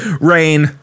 Rain